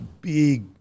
big